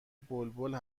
بلبل